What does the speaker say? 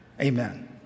Amen